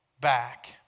back